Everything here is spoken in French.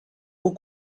aux